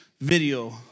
video